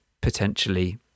potentially